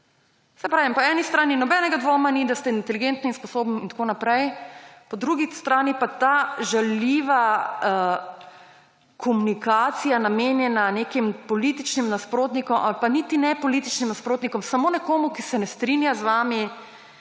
Saj pravim, po eni strani nobenega dvoma ni, da ste inteligentni in sposobni in tako naprej, po drugi strani pa ta žaljiva komunikacija, namenjena nekim političnim nasprotnikom ali pa niti ne političnim nasprotnikom, samo nekomu, ki se ne strinja z vami,